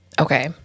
Okay